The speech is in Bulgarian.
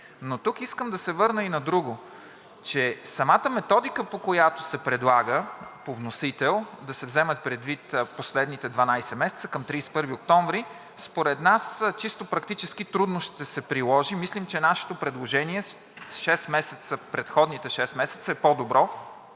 Тук искам да се върна и на друго. Самата методика, по която се предлага по вносител да се вземат предвид последните 12 месеца към 31 октомври, според нас чисто практически трудно ще се приложи. Мислим, че нашето предложение – предходните шест месеца, е по-добро,